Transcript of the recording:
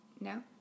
No